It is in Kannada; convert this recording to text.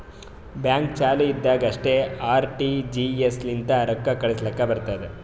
ಬ್ಯಾಂಕ್ ಚಾಲು ಇದ್ದಾಗ್ ಅಷ್ಟೇ ಆರ್.ಟಿ.ಜಿ.ಎಸ್ ಲಿಂತ ರೊಕ್ಕಾ ಕಳುಸ್ಲಾಕ್ ಬರ್ತುದ್